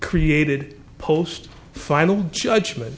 created post final judgment